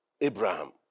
Abraham